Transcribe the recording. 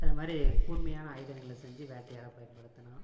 அது மாதிரி கூர்மையான ஆயுதங்களை செஞ்சு வேட்டையாட பயன்படுத்தினான்